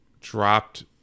dropped